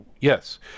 Yes